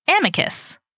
Amicus